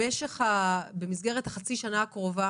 שבמסגרת חצי השנה הקרובה